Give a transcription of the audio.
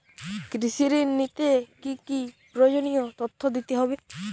কৃষি ঋণ নিতে কি কি প্রয়োজনীয় তথ্য দিতে হবে?